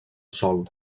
sòl